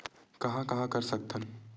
कहां कहां कर सकथन?